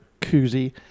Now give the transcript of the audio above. koozie